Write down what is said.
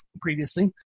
previously